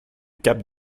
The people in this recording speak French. cap